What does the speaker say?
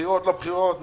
בחירות או לא בחירות,